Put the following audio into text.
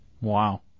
Wow